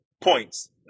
points